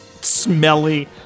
smelly